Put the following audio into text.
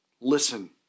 Listen